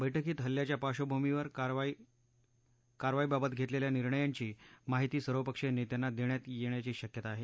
बैठकीत हल्ल्याच्या पार्श्वभूमीवर कारवाईबाबत घेतलेल्या निर्णयांची माहिती सर्वपक्षीय नेत्यांना देण्यात येण्याची शक्यता आहे